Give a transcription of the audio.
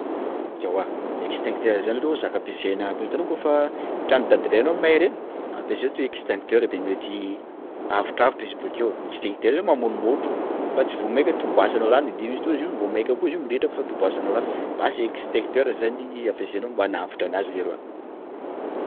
Ewa exctincteur zany aloha, zaka ampiasaina itanao kôfa tranon'ny dadilahinao may reny? _x000D_ Ampiasainao to exctincteur de mety avotravotra izy bakeo, exctincteur mamono môtro! fa tsy vao mainka tobasanao rano de misy fotoana izy io vao mainka koa izy io mirehitra fa tobasanao rano, basy exctincteur zany ampesainao mba hanavotra anazy leroa.